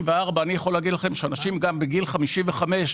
אני יכול להגיד לכם שאנשים גם בגיל 55,